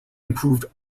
improved